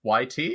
YT